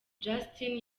justin